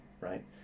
right